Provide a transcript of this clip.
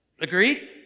Agreed